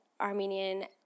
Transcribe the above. Armenian